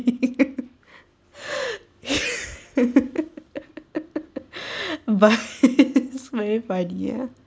but is very funny ah